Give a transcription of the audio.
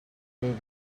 though